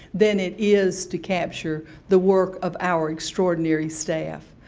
than it is to capture the work of our extraordinary staff.